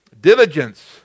Diligence